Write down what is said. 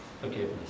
forgiveness